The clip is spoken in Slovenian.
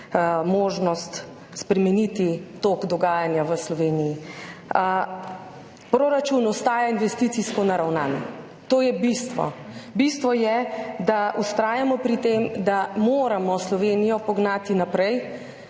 možnost spremeniti tok dogajanja v Sloveniji. Proračun ostaja investicijsko naravnan, to je bistvo. Bistvo je, da vztrajamo pri tem, da moramo Slovenijo pognati naprej,